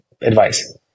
advice